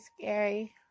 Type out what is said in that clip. scary